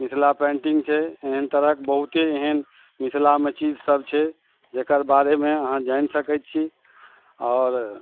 Mithila painting छै एहेन तरहक बहुते एहन मिथिलामे चीज सभ छै जेकर बारेमे अहाँ जानि सकैत छी आओर